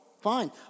Fine